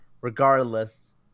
regardless